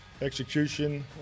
execution